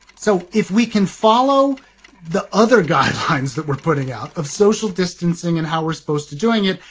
so if we can follow the other guy's hands that we're putting out of social distancing and how we're supposed to doing it.